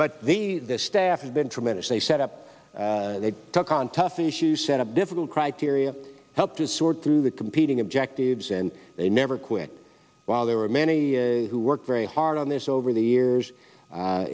but the staff has been tremendous they set up they took on tough issues set up difficult criteria helped to sort through the competing objectives and they never quit while there were many who worked very hard on this over the years